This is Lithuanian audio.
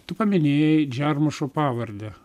tu paminėjai džermušo pavardę